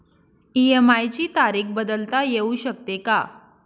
EMI ची तारीख बदलता येऊ शकते का?